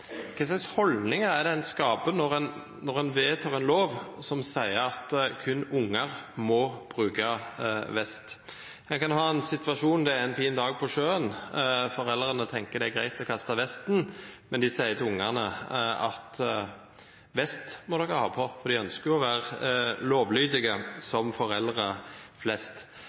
Hva slags holdninger er det man skaper når man vedtar en lov som sier at kun unger må bruke vest? En kan ha en situasjon hvor det er en fin dag på sjøen, og foreldrene tenker at det er greit å kaste vesten, men sier til ungene at vest må de ha på – for de ønsker jo å være lovlydige,